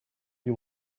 you